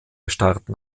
starten